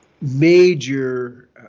major